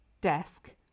desk